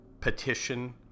petition